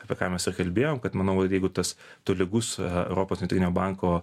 apie ką mes ir kalbėjom kad manau vat jeigu tas tolygus europos centrinio banko